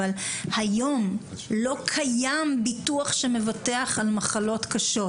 היום לא קיים ביטוח שמבטח על מחלות קשות.